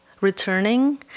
returning